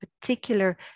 particular